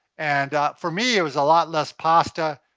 and for me it was a lot less pasta,